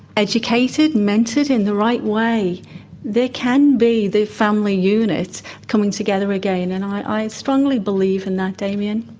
educated, mentored in the right way there can be the family unit coming together again, and i strongly believe in that, damien.